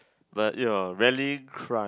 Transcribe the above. but ya rarely cry